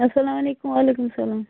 السلام علیکُم وعلیکُم السلام